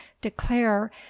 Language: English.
declare